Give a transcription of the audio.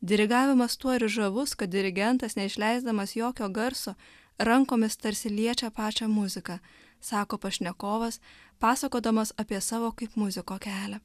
dirigavimas tuo ir žavus kad dirigentas neišleisdamas jokio garso rankomis tarsi liečia pačią muziką sako pašnekovas pasakodamas apie savo kaip muziko kelią